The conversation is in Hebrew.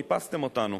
איפסתם אותנו.